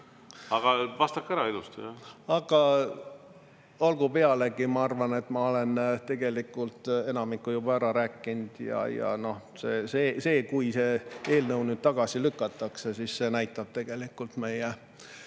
aga vastake ära ilusti. Olgu pealegi! Ma arvan, et ma olen tegelikult enamiku juba ära rääkinud. Ja kui see eelnõu nüüd tagasi lükatakse, siis see näitab meie